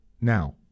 now